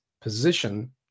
position